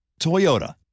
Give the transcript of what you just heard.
Toyota